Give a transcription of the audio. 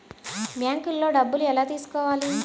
బ్యాంక్లో డబ్బులు ఎలా తీసుకోవాలి?